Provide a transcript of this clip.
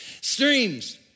Streams